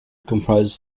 comprises